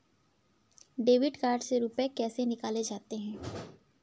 Debit card से रुपये कैसे निकाले जाते हैं?